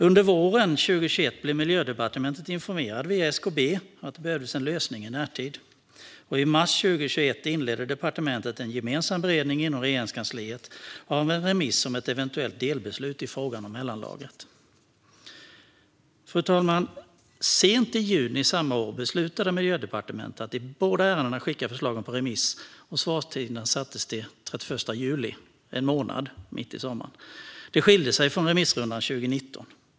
Under våren 2021 blev Miljödepartementet informerat via SKB om att det behövdes en lösning i närtid, och i mars 2021 inledde departementet en gemensam beredning inom Regeringskansliet av en remiss om ett eventuellt delbeslut i fråga om mellanlagret. Fru talman! Sent i juni samma år beslutade Miljödepartementet att i båda ärendena skicka förslagen på remiss. Svarstiderna sattes till den 31 juli 2021, en månad mitt i sommaren. Det skiljde sig från remissrundan 2019.